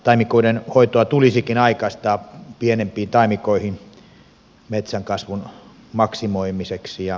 taimikoiden hoitoa tulisikin aikaistaa pienempiin taimikoihin metsän kasvun maksimoimiseksi